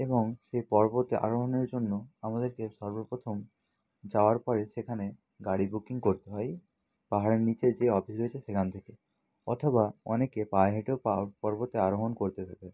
এবং সে পর্বতে আরোহণের জন্য আমাদেরকে সর্ব প্রথম যাওয়ার পরে সেখানে গাড়ি বুকিং করতে হয় পাহাড়ের নিচে যে অফিস রয়েছে সেখান থেকে অথবা অনেকে পায়ে হেঁটেও পাহাড় পর্বতে আরোহণ করতে থাকে